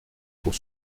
pour